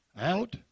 Out